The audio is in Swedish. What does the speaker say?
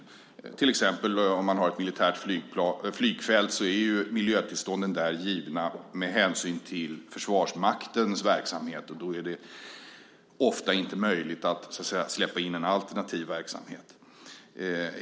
Vid till exempel ett militärt flygfält, där miljötillstånden är givna med hänsyn till Försvarsmaktens verksamhet, är det ofta inte möjligt att släppa in en alternativ verksamhet.